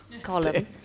column